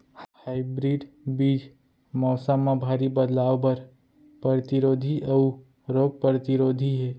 hybrid बीज मौसम मा भारी बदलाव बर परतिरोधी अऊ रोग परतिरोधी हे